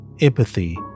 Empathy